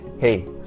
Hey